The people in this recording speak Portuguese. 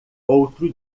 outro